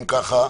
אם כך,